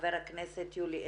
חבר הכנסת יולי אדלשטיין,